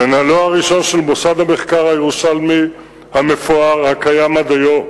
מנהלו הראשון של מוסד המחקר הירושלמי המפואר הקיים עד היום,